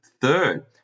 third